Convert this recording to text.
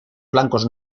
flancos